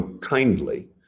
kindly